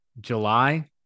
July